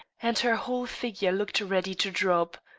and her whole figure looked ready to drop.